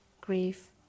grief